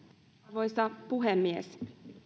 arvoisa puhemies